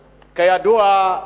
כידוע,